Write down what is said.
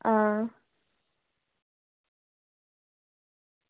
हां